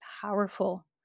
powerful